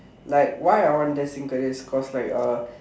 like why I want destined careers is cause like uh